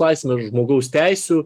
laisve žmogaus teisių